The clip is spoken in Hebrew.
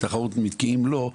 אם לא,